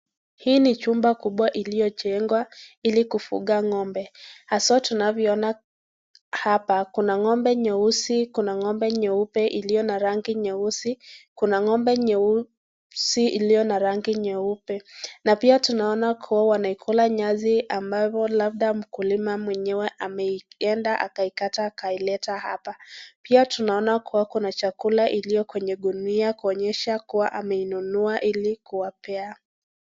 Hii ni jumba kubwa iliyojengwa ili kufuga ng'ombe, haswa tunavyo ona hapa kuna ng'ombe nyeusi, kuna ng'ombe nyeupe, iliyo na rangi nyeusi, kuna ng'ombe nyeusi iliyo na rangi nyeupe, na pia tunaona kuwa wanakula nyasi ambayo labda mkulima mwenyewe ameenda akakata akaleta hapa. Pia tunaona kuwa kuna chakula iliyo kwenye gunia kuonyesha kuwa amenunua hili kuwapa.